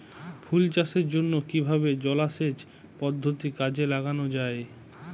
ফুল চাষের জন্য কিভাবে জলাসেচ পদ্ধতি কাজে লাগানো যাই?